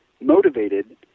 motivated